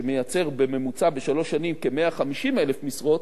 שמייצר בממוצע בשלוש שנים כ-150,000 משרות,